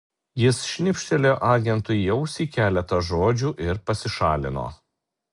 jis šnibžtelėjo agentui į ausį keletą žodžių ir pasišalino